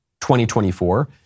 2024